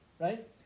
right